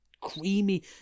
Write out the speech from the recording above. creamy